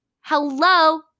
Hello